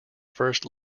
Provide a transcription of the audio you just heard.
first